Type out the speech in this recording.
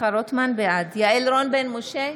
יעל רון בן משה,